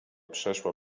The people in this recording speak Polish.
przeszła